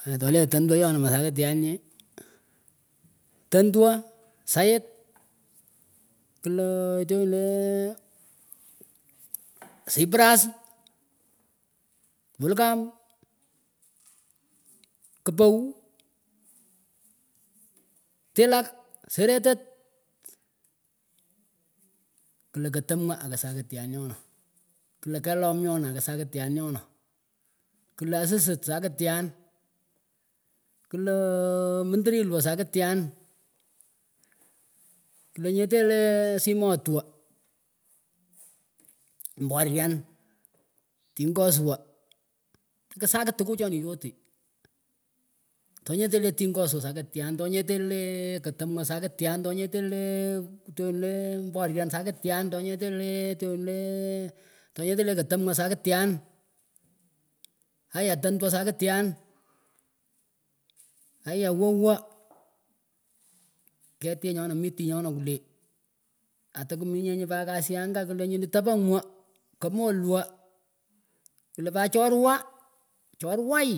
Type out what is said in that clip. Toleh tentwaheeanoh masakityan nyeh tentwah sait kian tyonleeh syprus bolgum kpaw tilak seretet klah kahtamwah akih sakityan nyonah klah kelomnyonah akih sakityan nyonah klah asitit sakityan klaaah mintirilwoh sakityan klah nyeteh leh simotwo mborian tengoswoh takisakit tukuchonih yote toh nyeteh le tingoswoh sakityan tanyetteh leeh katamwan sakityan tonyetteh leeh chonleeh mborian sakityan tohnyeteh leeh tyonah leeh tonyetteh lee kata mwoh sakityon mmh itayah tentwah sakityan itayan wowah ket yeh nyonah miti nyonah kwule atehkiminyeh pat kasih angah klah nyuh tepengwah kamolwah klah pat chorwah chorway